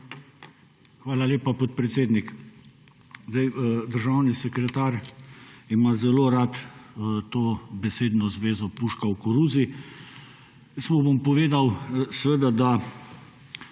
Hvala lepa, podpredsednik. Državni sekretar ima zelo rad to besedno zvezo »puška v koruzi«. Pa bom povedal, da